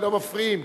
לא מפריעים,